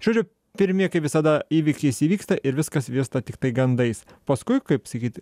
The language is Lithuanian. žodžiu pirmi kaip visada įvykis įvyksta ir viskas virsta tiktai gandais paskui kaip sakyt